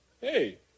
hey